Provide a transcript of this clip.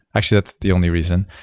actually, that's the only reason.